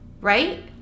right